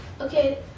Okay